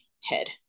head